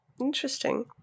Interesting